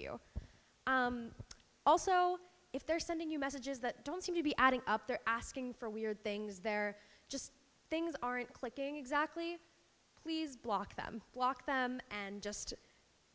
you also if they're sending you messages that don't seem to be adding up they're asking for weird things there just things aren't clicking exactly please block them block them and just